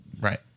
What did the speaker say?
Right